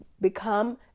become